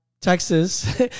Texas